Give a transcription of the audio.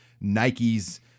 Nike's